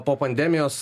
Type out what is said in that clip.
po pandemijos